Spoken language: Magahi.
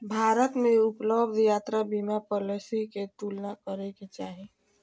भारत में उपलब्ध यात्रा बीमा पॉलिसी के तुलना करे के चाही